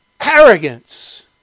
arrogance